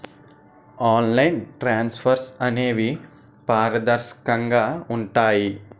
online transfers అనేవి పారదర్శకంగా ఉంటాయి